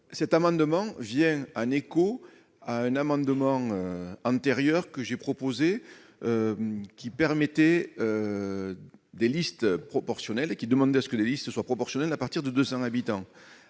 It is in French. cet amendement vient en écho à un amendement antérieure que j'ai proposée qui permettait des listes proportionnelles et qui demande à ce que les listes soient proportionnels à partir de 200 habitants